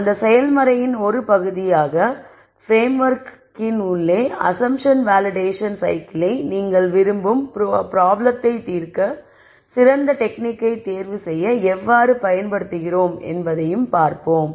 அந்த செயல்முறையின் ஒரு பகுதியாக பிரேம்ஒர்க் உள்ளம் அஸம்ப்டின் வேலிடேஷன் சைக்கிளை நீங்கள் விரும்பும் ப்ராப்ளமை தீர்க்க சிறந்த டெக்னிக்கை தேர்வுசெய்ய எவ்வாறு பயன்படுத்துகிறோம் என்பதையும் பார்ப்போம்